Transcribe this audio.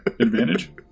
advantage